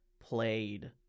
played